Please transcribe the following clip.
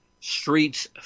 Streets